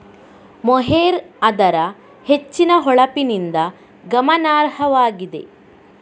mohair ಅದರ ಹೆಚ್ಚಿನ ಹೊಳಪಿನಿಂದ ಗಮನಾರ್ಹವಾಗಿದೆ